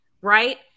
right